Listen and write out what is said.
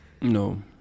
No